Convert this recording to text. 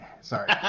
Sorry